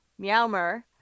meowmer